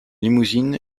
limousine